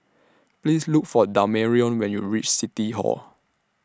Please Look For Damarion when YOU REACH City Hall